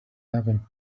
happen